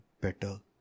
better